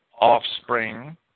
offspring